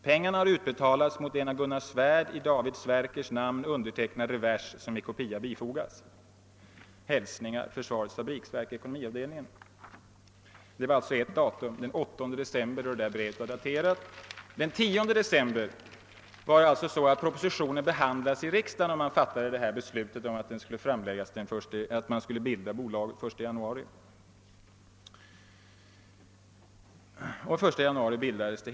Pengarna har utbetalats mot en av Gunnar Svärd i David Sverkers namn undertecknad revers som i kopia bifogas. Hälsningar. Försvarets fabriksverk, ekonomiavdelningen.» Den 10 december behandlades propositionen i riksdagen, varvid beslut fattades att bolaget skulle bildas den 1 januari. Och den 1 januari bildades det.